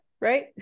right